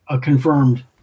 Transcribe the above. confirmed